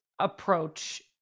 approach